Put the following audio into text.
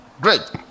Great